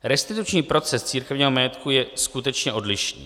Restituční proces církevního majetku je skutečně odlišný.